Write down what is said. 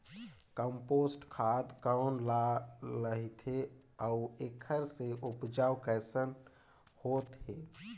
Compost खाद कौन ल कहिथे अउ एखर से उपजाऊ कैसन होत हे?